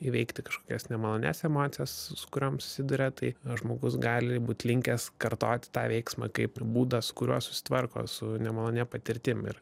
įveikti kažkokias nemalonias emocijas su kuriom susiduria tai žmogus gali būt linkęs kartoti tą veiksmą kaip ir būdą su kuriuo susitvarko su nemalonia patirtim ir